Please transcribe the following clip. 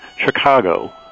Chicago